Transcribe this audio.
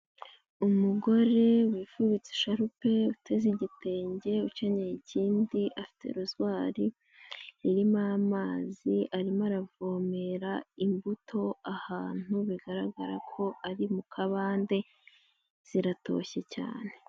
Umugore wifubitse esharupe, uteze igitenge, ukenyeye ikindi, afite rozwari irimo amazi, arimo aravomera imbuto ahantu bigaragara ko ari mu kabande, ziratoshye cyane.